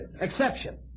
Exception